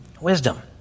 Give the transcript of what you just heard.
wisdom